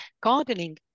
Gardening